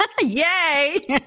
Yay